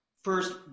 First